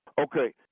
Okay